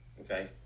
Okay